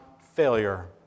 failure